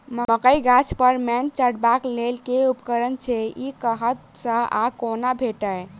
मकई गाछ पर मैंट चढ़ेबाक लेल केँ उपकरण छै? ई कतह सऽ आ कोना भेटत?